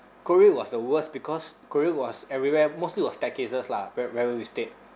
korea was the worst because korea was everywhere mostly was staircases lah where where we stayed